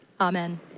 Amen